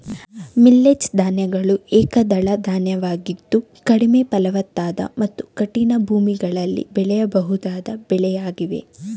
millets ಗಳು ಏಕದಳ ಧಾನ್ಯವಾಗಿದ್ದು ಕಡಿಮೆ ಫಲವತ್ತಾದ ಮತ್ತು ಕಠಿಣ ಭೂಮಿಗಳಲ್ಲಿ ಬೆಳೆಯಬಹುದಾದ ಬೆಳೆಯಾಗಿವೆ